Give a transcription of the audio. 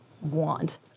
want